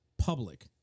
public